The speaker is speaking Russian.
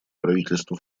правительству